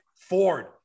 Ford